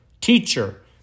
teacher